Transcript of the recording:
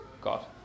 God